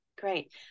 Great